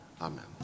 Amen